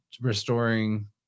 restoring